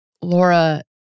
Laura